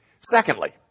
Secondly